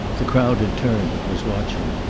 the crowd had turned and was watching.